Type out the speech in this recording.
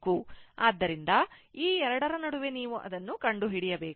ಆದ್ದರಿಂದ ಈ ಎರಡರ ನಡುವೆ ನೀವು ಅದನ್ನು ಕಂಡುಹಿಡಿಯಬೇಕು